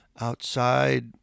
outside